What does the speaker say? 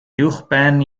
uwchben